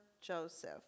joseph